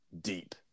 deep